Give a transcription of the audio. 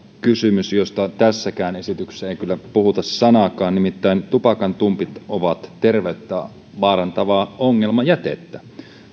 kysymys josta tässäkään esityksessä ei kyllä puhuta sanaakaan nimittäin tupakantumpit ovat terveyttä vaarantavaa ongelmajätettä